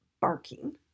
barking